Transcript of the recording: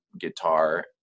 guitar